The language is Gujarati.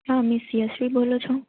હા મિસ યશ્વી બોલો છો